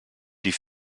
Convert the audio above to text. die